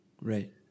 Right